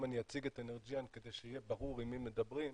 אני אציג את אנרג'יאן כדי שיהיה ברור עם מי מדברים,